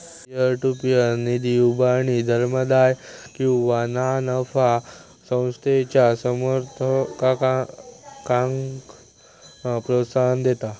peer to peer निधी उभारणी धर्मादाय किंवा ना नफा संस्थेच्या समर्थकांक प्रोत्साहन देता